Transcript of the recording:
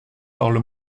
parle